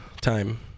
time